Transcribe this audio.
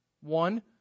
One